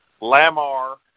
Lamar